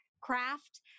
craft